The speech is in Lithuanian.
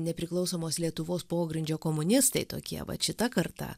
nepriklausomos lietuvos pogrindžio komunistai tokie va šita karta